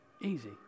easy